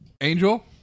Angel